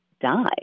die